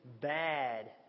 bad